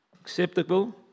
acceptable